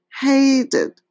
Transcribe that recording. hated